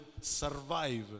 survive